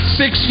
six